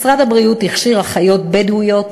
משרד הבריאות הכשיר אחיות בדואיות,